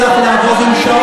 אני לא מציע לך לעמוד עם שעון,